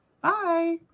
Bye